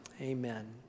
amen